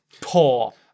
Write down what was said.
Poor